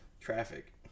Traffic